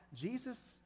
Jesus